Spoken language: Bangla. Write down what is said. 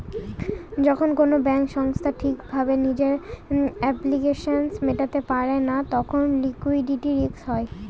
যখন কোনো ব্যাঙ্ক সংস্থা ঠিক ভাবে নিজের অব্লিগেশনস মেটাতে পারে না তখন লিকুইডিটি রিস্ক হয়